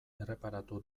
erreparatu